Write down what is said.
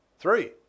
three